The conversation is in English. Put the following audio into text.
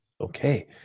Okay